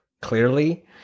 clearly